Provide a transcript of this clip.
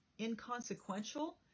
inconsequential